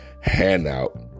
handout